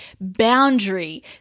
boundary